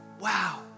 wow